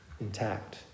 intact